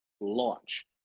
launch